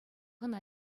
ӑна